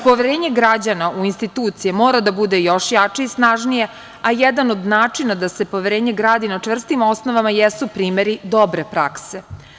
Poverenje građana u institucije mora da bude još jače i snažnije, a jedan od načina da se poverenje gradi na čvrstim osnovama jesu primeri dobre prakse.